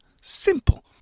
simple